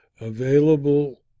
available